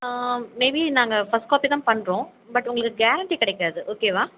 maybe நாங்கள் first காப்பிதான் பண்ணுறோம் பட் உங்களுக்கு கேரண்ட்டி கிடைக்காது ஓகேவா